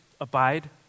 abide